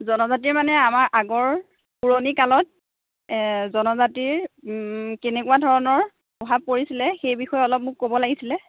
জনজাতি মানে আমাৰ আগৰ পুৰণি কালত এ জনজাতিৰ কেনেকুৱা ধৰণৰ প্ৰভাৱ পৰিছিলে সেই বিষয়ে অলপ মোক ক'ব লাগিছিলে